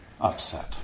upset